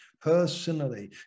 personally